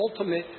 ultimate